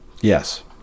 Yes